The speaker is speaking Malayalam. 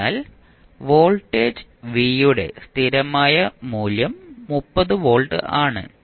അതിനാൽ വോൾട്ടേജ് v യുടെ സ്ഥിരമായ മൂല്യം 30 വോൾട്ട് ആണ്